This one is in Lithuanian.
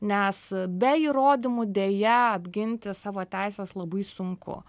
nes be įrodymų deja apginti savo teises labai sunku